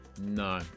No